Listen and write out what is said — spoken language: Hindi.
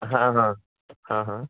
हाँ हाँ हाँ हाँ